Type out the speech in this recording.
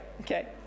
okay